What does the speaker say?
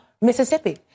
Mississippi